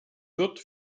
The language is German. wird